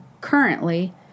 currently